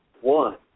one